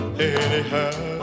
anyhow